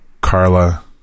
Carla